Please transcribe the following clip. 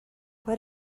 what